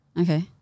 Okay